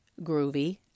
groovy